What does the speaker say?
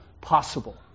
possible